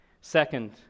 Second